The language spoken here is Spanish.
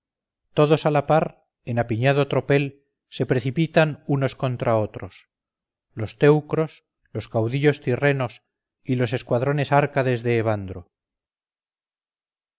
lidia todos a la par en apiñado tropel se precipitan unos contra otros los teucros los caudillos tirrenos y los escuadrones árcades de evandro